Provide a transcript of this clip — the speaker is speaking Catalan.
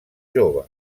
joves